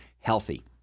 healthy